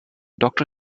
doctor